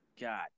God